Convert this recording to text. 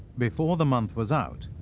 before the month was out,